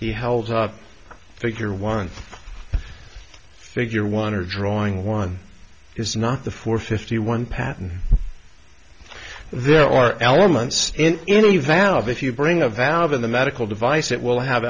he held figure one figure one a drawing one is not the four fifty one pattern there are elements in any valve if you bring a valve in the medical device it will have